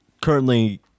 currently